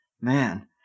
Man